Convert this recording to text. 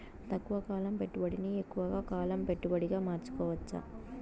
తక్కువ కాలం పెట్టుబడిని ఎక్కువగా కాలం పెట్టుబడిగా మార్చుకోవచ్చా?